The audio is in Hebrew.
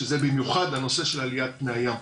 שזה במיוחד הנושא של עליית פני הים.